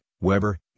Weber